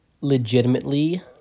legitimately